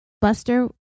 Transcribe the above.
Buster